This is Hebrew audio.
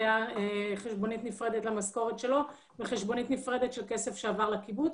הייתה חשבונית נפרדת למשכורת שלו וחשבונית נפרדת של כסף שעבר לקיבוץ.